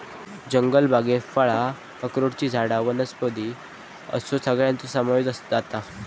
जंगलबागेत फळां, अक्रोडची झाडां वनौषधी असो सगळ्याचो समावेश जाता